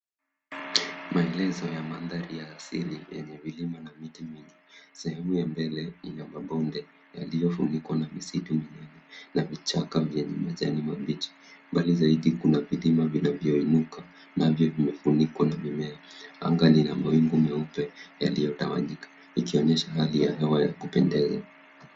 Maelezo ya madhari asili yenye vilima na miti mingi, sehemu ya mbele ina mabonde yaliyo funikwa na misitu mno na vichaka vyenye majani mabichi, mbali zaidi kuna vilima vinavyo inuka navyo vimefunikwa na mimea. Anga lina mawingu meupe yaliyo tawanyika ikionyesha hali ya hewa ya kupendeza.